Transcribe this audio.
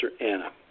Anna